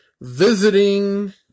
Visiting